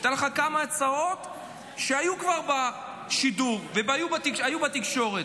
אתן לך כמה הצעות שהיו כבר בשידור, היו בתקשורת.